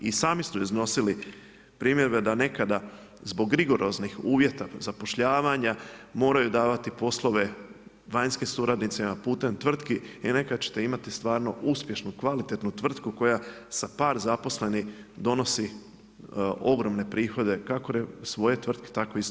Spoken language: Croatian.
I sami ste iznosili primjedbe da nekada zbog rigoroznih uvjeta zapošljavanja moraju davati poslove vanjskim suradnicima putem tvrtki i nekad ćete imati stvarno uspješnu, kvalitetnu tvrtku koja sa par zaposlenih donosi ogromne prihode kako svoje tvrtke tako isto RH.